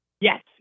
Yes